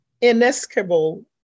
inescapable